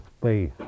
space